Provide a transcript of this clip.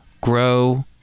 Grow